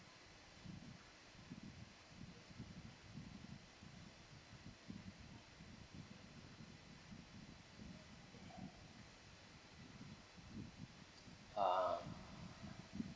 ah